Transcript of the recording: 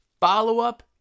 follow-up